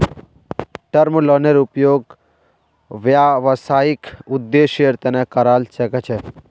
term लोनेर उपयोग व्यावसायिक उद्देश्येर तना करावा सख छी